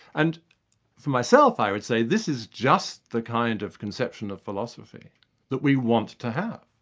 and for myself, i would say this is just the kind of conception of philosophy that we want to have,